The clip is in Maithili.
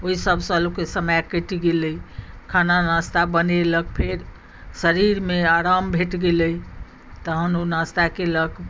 ओहि सबसँ लोककेँ समय कटि गेलै खाना नास्ता बनेलक फेर शरीरमे आराम भेट गेलै तहन ओ नास्ता कयलक